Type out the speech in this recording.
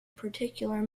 particular